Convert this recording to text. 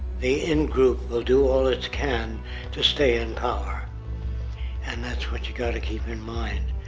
the in group will do all it can to stay in power and that's what you've got to keep in mind.